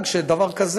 התשובה?